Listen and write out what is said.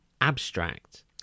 abstract